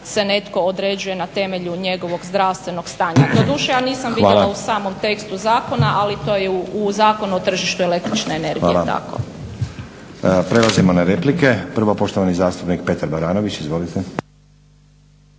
se netko određuje na temelju njegovog zdravstvenog stanja. A doduše ja nisam vidjela u samom tekstu zakona ali to u Zakonu o tržištu električne energije je tako. **Stazić, Nenad (SDP)** Hvala. Prelazimo na replike, prvo poštovani zastupnik Petar Baranović. Izvolite.